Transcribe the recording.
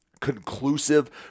conclusive